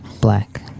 black